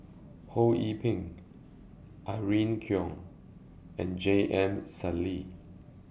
Ho Yee Ping Irene Khong and J M Sali